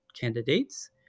candidates